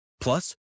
Plus